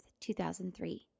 2003